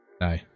No